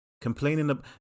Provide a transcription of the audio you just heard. complaining